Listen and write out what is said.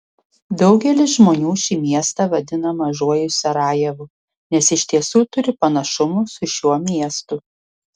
daugelis žmonių šį miestą vadina mažuoju sarajevu nes iš tiesų turi panašumų su šiuo miestu